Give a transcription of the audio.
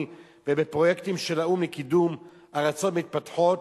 ופרויקטים של האו"ם לקידום ארצות מתפתחות,